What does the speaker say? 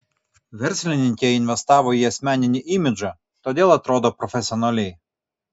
verslininkė investavo į asmeninį imidžą todėl atrodo profesionaliai